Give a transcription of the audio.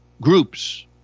groups